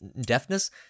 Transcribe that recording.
deafness